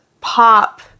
pop